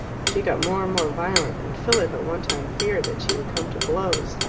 she got more and more violent, and philip at one time feared that she would come to blows.